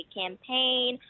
campaign